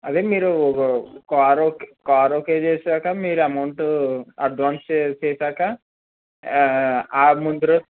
అదే మీరు car car okay చేసాక మీరు అమౌంట్ అడ్వాన్స్ చేసాక ఆ ముందు రోజు